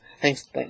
Thanks